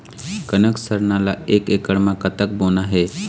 कनक सरना ला एक एकड़ म कतक बोना हे?